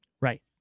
Right